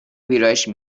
ویرایش